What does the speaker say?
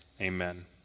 amen